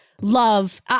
love